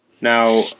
Now